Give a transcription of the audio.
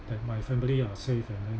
that my family are safe and then